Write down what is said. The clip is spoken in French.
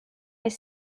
est